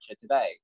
today